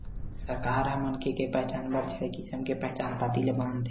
सरकार ह मनखे के पहचान बर छय किसम के पहचान पाती ल मानथे